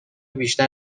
بیشتر